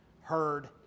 heard